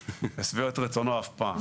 לשביעות רצונו, אף פעם.